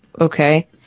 Okay